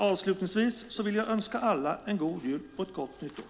Avslutningsvis vill jag önska alla en god jul och ett gott nytt år.